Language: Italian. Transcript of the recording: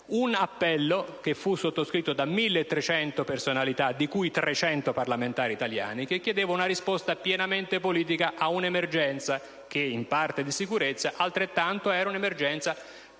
appello, sottoscritto da 1.300 personalità, di cui 300 parlamentari italiani, chiedeva una risposta pienamente politica ad un'emergenza che in parte era di sicurezza, ma in parte era anche